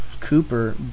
Cooper